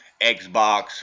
Xbox